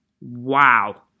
Wow